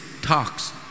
Talks